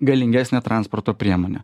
galingesnę transporto priemonę